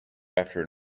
after